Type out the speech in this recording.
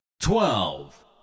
Twelve